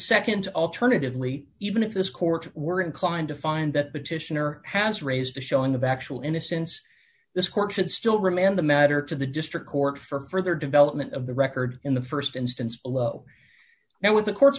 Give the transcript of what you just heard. seconds alternatively even if this court were inclined to find that petitioner has raised a showing of actual innocence this court should still remand the matter to the district court for further development of the record in the st instance below now with the court